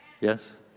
Yes